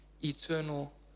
eternal